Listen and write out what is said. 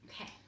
Okay